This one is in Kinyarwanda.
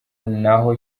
naho